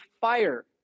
fire